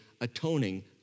atoning